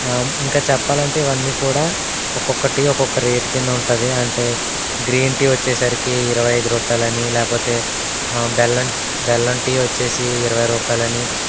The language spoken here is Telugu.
ఇంకా చెప్పాలంటే ఇవన్నీ కూడా ఒక్కొక్కటి ఒక్కొక్క రేటుకింద ఉంటాది అంటే గ్రీన్ టీ వచ్చేసరికి ఇరవైఐదు రూపాయలని లేకపోతే బెల్లం బెల్లం టీ వచ్చేసి ఇరవై రూపాయలని